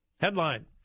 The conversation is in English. Headline